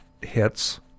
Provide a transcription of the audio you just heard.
hits